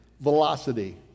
velocity